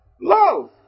Love